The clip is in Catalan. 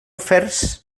oferts